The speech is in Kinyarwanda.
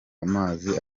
amazi